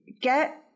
get